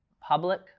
public